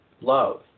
love